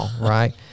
right